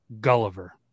Gulliver